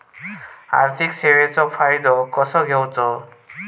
आर्थिक सेवाचो फायदो कसो घेवचो?